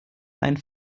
einen